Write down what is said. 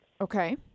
Okay